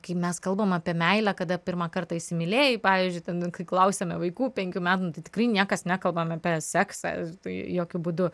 kai mes kalbam apie meilę kada pirmą kartą įsimylėjai pavyzdžiui ten kai klausiame vaikų penkių metų nu tai tikrai niekas nekalbam apie seksą tai jokiu būdu